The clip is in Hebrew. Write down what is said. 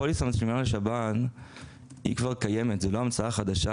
הפוליסה המשלימה לשב"ן כבר קיימת וזאת לא המצאה חדשה,